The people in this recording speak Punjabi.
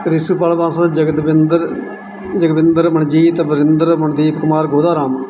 ਰਿਸਵਪਾਲ ਜਗਦਬਿੰਦਰ ਜਗਵਿੰਦਰ ਮਨਜੀਤ ਬਰਿੰਦਰ ਮਨਦੀਪ ਕੁਮਾਰ ਗੋਧਾ ਰਾਮ